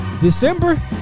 December